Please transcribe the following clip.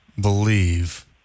believe